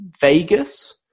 Vegas